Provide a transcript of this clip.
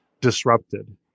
disrupted